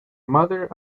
mother